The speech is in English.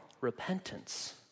repentance